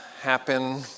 happen